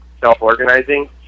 self-organizing